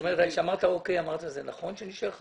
היושב ראש מבקש מאתנו לחשוב, אז אנחנו נחשוב.